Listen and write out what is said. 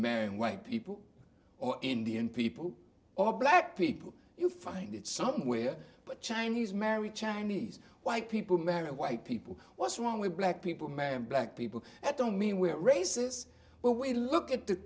men white people or indian people or black people you find it somewhere but chinese marry chinese white people marry white people what's wrong with black people man black people i don't mean where races where we look at the